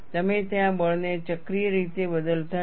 તમે ત્યાં બળને ચક્રીય રીતે બદલતા નથી